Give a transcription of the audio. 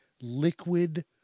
liquid